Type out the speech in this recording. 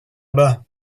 bas